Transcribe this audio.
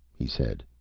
he said.